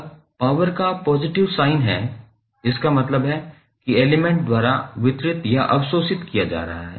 अब पॉवर का positive sign है इसका मतलब है कि एलिमेंट द्वारा वितरित या अवशोषित किया जा रहा है